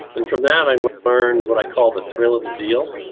and from that i learned what i call the thrill of the deal,